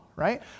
Right